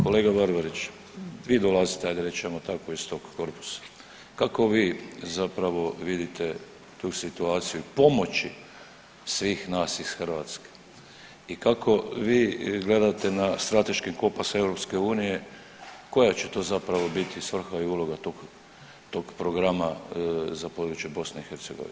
Kolega Barbarić, vi dolazite ajde reći ćemo tako iz tog korpusa, kako vi zapravo vidite tu situaciju pomoći svih nas iz Hrvatske i kako vi gledate na strateški kompas EU, koja će to zapravo biti svrha i uloga tog, tog programa za područje BiH?